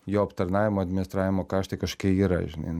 jo aptarnavimo administravimo kaštai kažkokie yra žinai